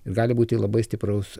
ir gali būti labai stipraus